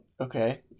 Okay